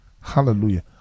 Hallelujah